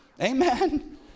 Amen